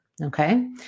okay